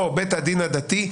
או בית הדין הדתי,